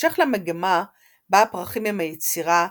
כהמשך למגמה בה הפרחים הם היצירה,